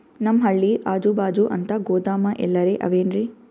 ನಮ್ ಹಳ್ಳಿ ಅಜುಬಾಜು ಅಂತ ಗೋದಾಮ ಎಲ್ಲರೆ ಅವೇನ್ರಿ?